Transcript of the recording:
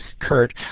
Kurt